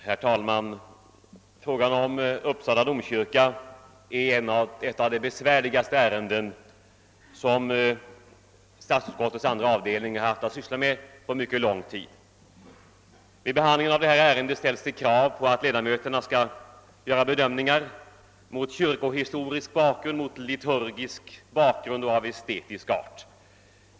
Herr talman! Frågan om Uppsala domkyrka är ett av de besvärligaste ärenden som statsutskottets andra avdelning haft att syssla med på mycket lång tid. Vid behandlingen av detta ärende ställs det krav på att ledamöterna skall göra bedömningar mot kyrkohistorisk och liturgisk bakgrund och av estetisk art.